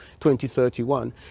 2031